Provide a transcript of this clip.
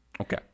okay